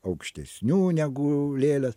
aukštesniu negu lėlės